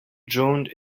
droned